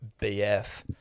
BF